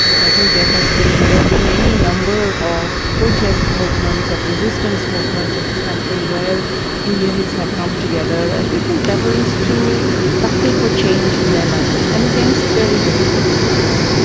i think there has been, there have been any number of protest movements, of resistance movements in this country where indians have come together at different levels to battle for change in their lives, and against very, very heavy odds.